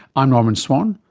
i'm norman swan,